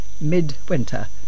*Midwinter*